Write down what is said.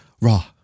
Raw